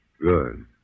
Good